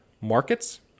markets